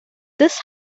this